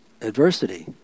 adversity